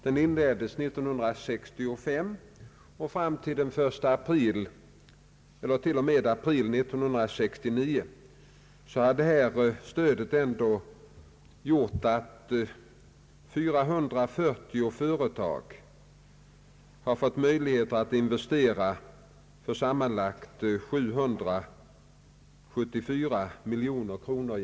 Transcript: Den inleddes 1965, och fram till och med april 1969 hade lokaliseringsstödet gjort att 440 företag genom statens bidrag eller lån fått möjligheter att investera för sammanlagt 774 miljoner kronor.